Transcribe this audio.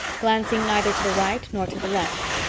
glancing neither to the right nor to the left.